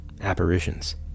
apparitions